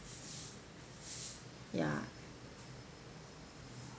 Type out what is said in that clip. ya